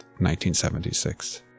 1976